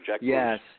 Yes